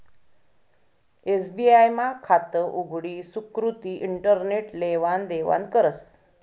SBI मा खातं उघडी सुकृती इंटरनेट लेवान देवानं करस